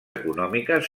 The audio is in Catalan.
econòmiques